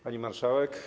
Pani Marszałek!